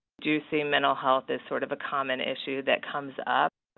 do see mental health as sort of a common issue that comes up.